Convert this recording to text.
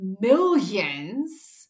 millions